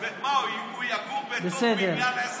בסדר.